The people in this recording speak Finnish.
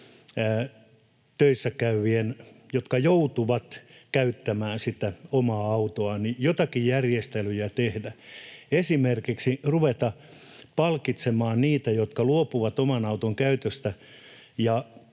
töissäkäyvien, jotka joutuvat käyttämään omaa autoaan, tehdä joitakin järjestelyjä, pitäisikö esimerkiksi ruveta palkitsemaan niitä, jotka luopuvat oman auton käytöstä